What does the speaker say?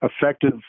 effective